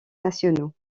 nationaux